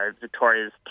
Victoria's